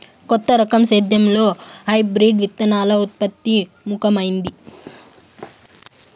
కొత్త రకం సేద్యంలో హైబ్రిడ్ విత్తనాల ఉత్పత్తి ముఖమైంది